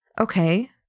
okay